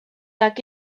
nag